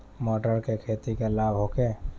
मटर के खेती से लाभ होखे?